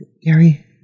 Gary